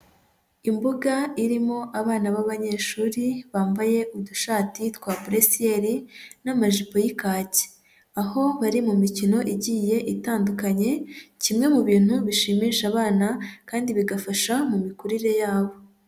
Imbuga irimo abana b'abanyeshuri bambaye udushati twa buresiyeri n'amajipo y'ikaki, aho bari mu mikino igiye itandukanye, kimwe mu bintu bishimisha abana kandi bigafasha mu mikurire yabo.